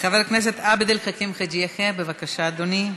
חבר הכנסת עבד אל חכים חאג' יחיא, בבקשה, אדוני.